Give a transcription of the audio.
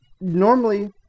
Normally